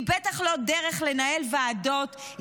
היא בטח לא דרך לנהל ועדות,